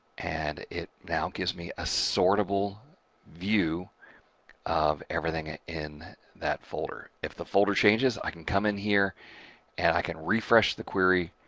and it now gives me a sortable view of everything in that folder. if the folder changes, i can come in here and i can refresh the query,